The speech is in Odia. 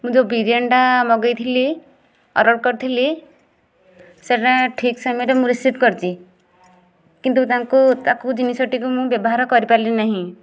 ମୁଁ ଯେଉଁ ବିରିୟାନିଟା ମଗାଇଥିଲି ଅର୍ଡ଼ର କରିଥିଲି ସେଟା ଠିକ୍ ସମୟରେ ମୁଁ ରିସିଭ୍ କରିଛି କିନ୍ତୁ ତାଙ୍କୁ ତାକୁ ଜିନିଷଟିକୁ ମୁଁ ବ୍ୟବହାର କରିପାରିଲି ନାହିଁ